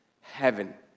heaven